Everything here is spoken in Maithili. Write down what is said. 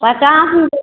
पचास रुपे